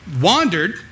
wandered